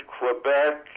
Quebec